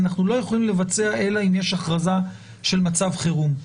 אנחנו לא יכולים לבצע אלא אם יש הכרזה של מצב חירום.